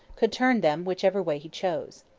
could turn them whichever way he chose.